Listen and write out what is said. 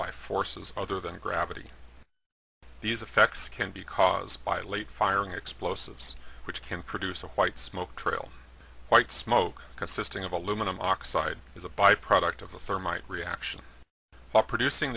by forces other than gravity these effects can be caused by late firing explosives which can produce a white smoke trail white smoke consisting of aluminum oxide is a byproduct of a firm my reaction producing